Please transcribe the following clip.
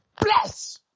bless